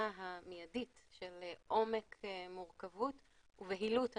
המיידית של עומק מורכבות ובהילות הנושא.